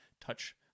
touch